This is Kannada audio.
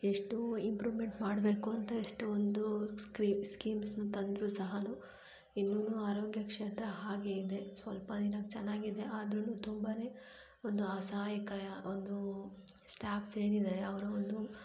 ಎಷ್ಟೋ ಇಂಪ್ರೂವ್ಮೆಂಟ್ ಮಾಡಬೇಕು ಅಂತ ಎಷ್ಟೋ ಒಂದು ಸ್ಕ್ರಿ ಸ್ಕೀಮ್ಸನ್ನ ತಂದ್ರೂ ಸಹಾ ಇನ್ನೂ ಆರೋಗ್ಯ ಕ್ಷೇತ್ರ ಹಾಗೆ ಇದೆ ಸ್ವಲ್ಪ ದಿನಕ್ಕೆ ಚೆನ್ನಾಗಿದೆ ಆದ್ರು ತುಂಬಾ ಒಂದು ಅಸಹಾಯಕ ಒಂದು ಸ್ಟಾಫ್ಸ್ ಏನಿದ್ದಾರೆ ಅವರ ಒಂದು